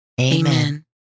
Amen